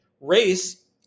race